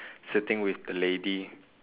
sitting with the lady